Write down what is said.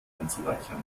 anzureichern